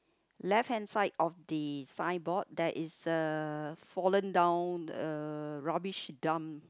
left hand side of the signboard there is a fallen down uh rubbish dump